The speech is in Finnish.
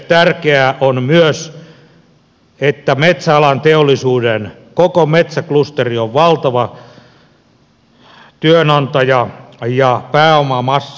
tärkeää on myös että metsäalan teollisuuden koko metsäklusteri on valtava työnantaja ja pääomamassa